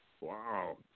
Wow